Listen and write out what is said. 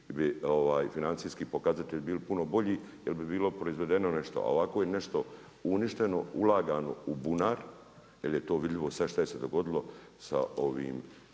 bi financijski pokazatelji bili puno bolji jer bi bilo proizvedeno nešto a ovako je nešto uništeno, ulagano u bunar jer je to vidljivo sada šta je se dogodilo sa